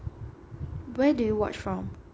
where do you watched from